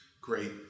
great